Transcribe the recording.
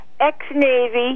ex-Navy